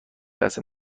لحظه